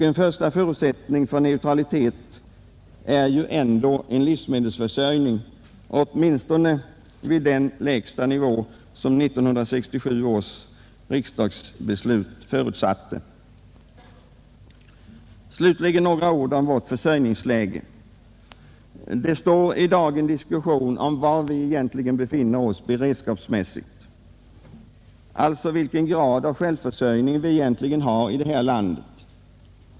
En första förutsättning för neutralitet är ju ändå en livsmedelsförsörjning åtminstone vid den lägsta nivå som 1967 års riksdagsbeslut förutsatte. Slutligen några ord om vårt försörjningsläge. Det pågår i dag en diskussion om var vi egentligen befinner oss beredskapsmässigt, alltså om vilken grad av självförsörjning vi egentligen har i vårt land.